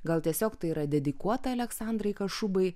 gal tiesiog tai yra dedikuota aleksandrai kašubai